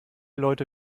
leute